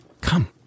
come